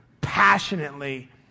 passionately